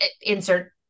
insert